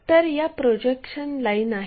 तर या projection line आहेत